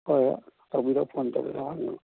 ꯍꯣꯏ ꯍꯣꯏ ꯇꯧꯕꯤꯔꯛꯑꯣ ꯐꯣꯟ ꯇꯧꯕꯤꯔꯛꯑꯣ ꯍꯌꯦꯡ